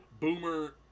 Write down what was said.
Boomer